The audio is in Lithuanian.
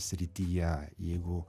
srityje jeigu